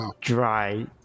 dry